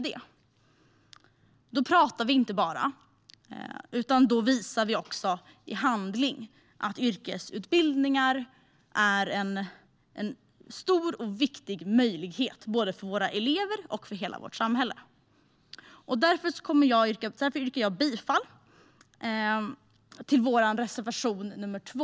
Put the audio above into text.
Då pratar vi inte bara, utan då visar vi också i handling att yrkesutbildningar är en stor och viktig möjlighet både för våra elever och för hela vårt samhälle. Därför yrkar jag bifall till vår reservation nr 2.